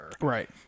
Right